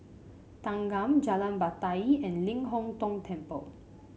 Thanggam Jalan Batai and Ling Hong Tong Temple